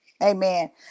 Amen